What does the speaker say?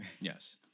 Yes